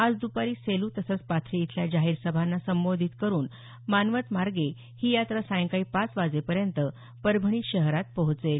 आज द्पारी सेलू तसंच पाथरी इथल्या जाहीर सभांना संबोधित करून मानवत मार्गे ही यात्रा सायंकाळी पाच वाजेपर्यंत परभणी शहरात पोहोचेल